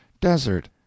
desert